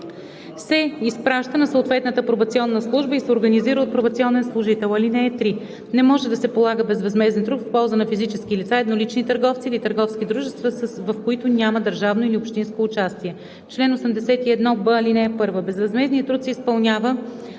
се изпраща на съответната пробационна служба и се организира от пробационен служител. (3) Не може да се полага безвъзмезден труд в полза на физически лица, еднолични търговци или търговски дружества, в които няма държавно или общинско участие. Чл. 81б. (1) Безвъзмездният труд се изпълнява